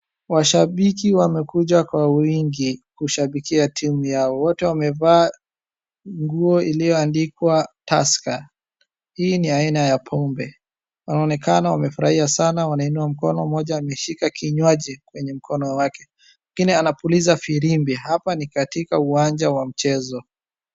Washabiki wamekuja kwa wingi kushabikia timu yao wote wamevaa nguo iliyoandikwa Tusker hii ni aina ya pombe wanaonekana wamefurahia sana wameinua mkono, mmoja ameshika kinywaji kwenye mkono wake mwingine anapuliza firimbi hapa ni katika uwanja wa mchezo.